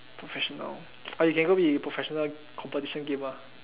professional you can go be professional competition gamer